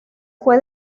fue